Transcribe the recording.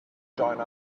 join